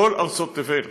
מכל ארצות תבל.